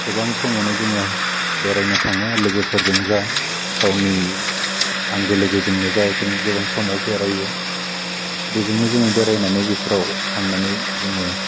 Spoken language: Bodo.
गोबां समावनो जोङो बेरायनो थाङो लोगोफोरजों जा गावनि आंगो लोगोजोंनो जा जों गोबां समाव बेरायो बेजोंनो जोङो बेरायनानै बेफ्राव थांनानै जोङो